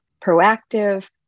proactive